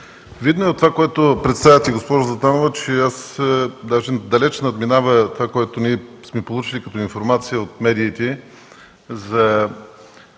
Видно от това, което представяте, госпожо Златанова, е, че даже далеч надминава това, което ние сме получили като информация от медиите за